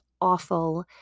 awful